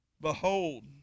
Behold